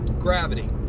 Gravity